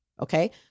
okay